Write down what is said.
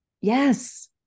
Yes